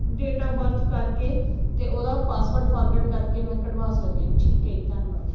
date of birth ਕਰਕੇ ਅਤੇ ਉਹਦਾ ਪਾਸਵਰਡ ਫਾਰਗਟ ਕਰਕੇ ਮੈਂ ਕਢਵਾ ਸਕਦੀ ਹਾਂ ਠੀਕ ਹੈ ਜੀ ਧੰਨਵਾਦ